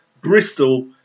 Bristol